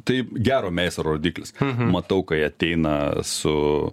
taip gero meistro rodiklis matau kai ateina su